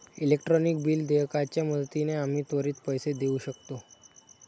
electronic bill देयकाच्या मदतीने आम्ही त्वरित पैसे देऊ शकतो